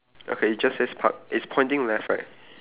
okay it just says park it's pointing left right